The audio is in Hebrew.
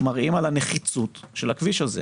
מראים את הנחיצות של הכביש הזה.